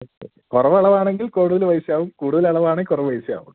okay കുറവ് അളവാണെങ്കിൽ കൂടുതൽ പൈസ ആവും കൂടുതൽ അളവാണെങ്കിൽ കുറവ് പൈസയേ ആവുളളൂ